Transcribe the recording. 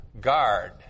guard